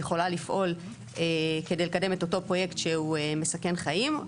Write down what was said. יכולה לפעול כדי לקדם את אותו פרויקט שהוא מסכן חיים?